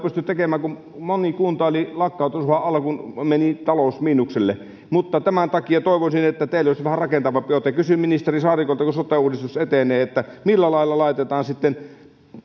pystyneet tekemään kun moni kunta oli lakkautusuhan alla kun meni talous miinukselle tämän takia toivoisin että teillä olisi vähän rakentavampi ote kysyn ministeri saarikolta kun sote uudistus etenee millä lailla se asia hoidetaan sitten